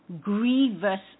grievous